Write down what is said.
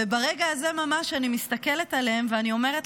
וברגע הזה ממש אני מסתכלת עליהן ואני אומרת